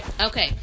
okay